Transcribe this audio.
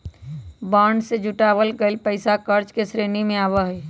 bond से जुटावल गइल पैसा कर्ज के श्रेणी में आवा हई